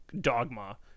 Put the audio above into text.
dogma